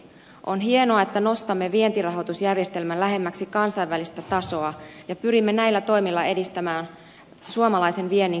on hienoa että nostamme vientirahoitusjärjestelmän lähemmäksi kansainvälistä tasoa ja pyrimme näillä toimilla edistämään suomalaisen viennin kilpailukykyä